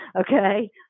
Okay